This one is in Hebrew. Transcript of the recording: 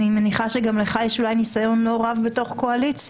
אני מניחה שגם לך יש אולי ניסיון לא רב בתוך קואליציה.